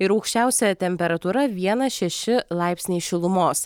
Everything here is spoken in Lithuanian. ir aukščiausia temperatūra vienas šeši laipsniai šilumos